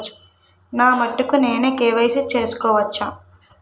నా మటుకు నేనే కే.వై.సీ చేసుకోవచ్చా?